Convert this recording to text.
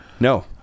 No